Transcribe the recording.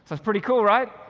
it's pretty cool, right?